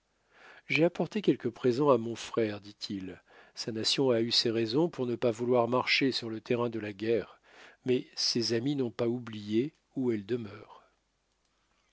j'ai apporté quelques présents à mon frère dit-il sa nation a eu ses raisons pour ne pas vouloir marcher sur le terrain de la guerre mais ses amis n'ont pas oublié où elle demeure